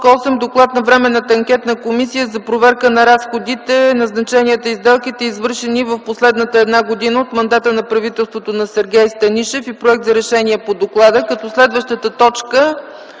Доклад на Временната анкетна комисия за проверка на разходите, назначенията и сделките, извършени в последната една година от мандата на правителството на Сергей Станишев, и проект за решение по доклада и т. 9 е Годишен